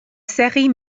série